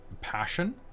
passion